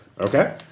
Okay